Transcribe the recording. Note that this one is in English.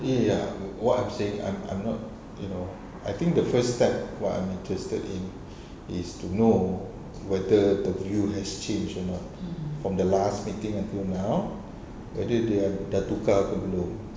ya ya what I'm saying I'm I'm not you know I think the first step what I'm interested in is to know whether the view has changed or not from the last meeting until now whether they are dah tukar ke belum